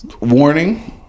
Warning